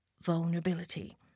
vulnerability